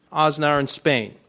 ah aznar in spain,